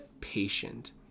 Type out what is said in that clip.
patient